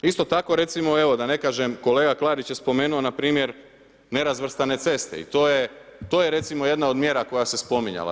Isto tako recimo, da ne kažem, kolega Klarić je spomenuo npr. nerazvrstane ceste i to je recimo jedna od mjera koja se spominjala.